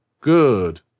good